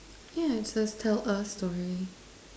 yeah just tell a story